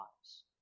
lives